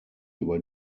über